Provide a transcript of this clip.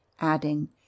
adding